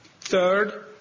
Third